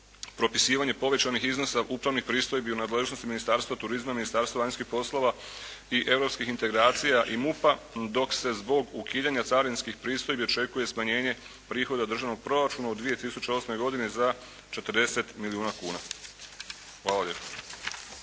propisivanje povećanih iznosa upravnih pristojbi u nadležnosti Ministarstva turizma, Ministarstva vanjskih poslova i europskih integracija i MUP-a dok se zbog ukidanja carinskih pristojbi očekuje smanjenje prihoda Državnog proračuna u 2008. godini za 40 milijuna kuna. Hvala lijepo.